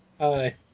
Hi